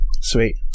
Sweet